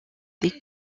des